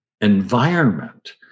environment